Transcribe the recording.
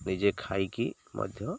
ନିଜେ ଖାଇକି ମଧ୍ୟ